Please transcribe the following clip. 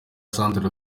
centre